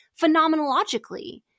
phenomenologically